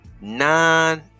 Nine